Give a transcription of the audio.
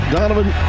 Donovan